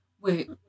Wait